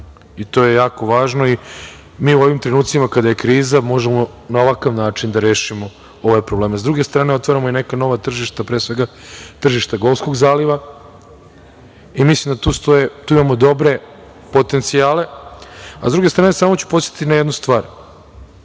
i to je jako važno. Mi u ovim trenucima kada je kriza možemo na ovakav način da rešimo ove probleme.S druge strane, otvaramo i neka nova tržišta, pre svega tržišta golfskog zaliva i mislim da tu imamo dobre potencijale. S druge strane, samo ću podsetiti na jednu stvar,